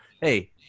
hey